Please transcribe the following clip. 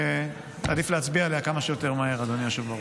עדיף להצביע עליה כמה שיותר מהר, אדוני היושב-ראש.